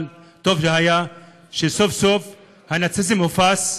אבל טוב שסוף-סוף הנאציזם הובס,